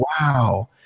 wow